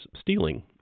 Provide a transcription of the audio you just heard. stealing